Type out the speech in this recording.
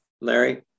Larry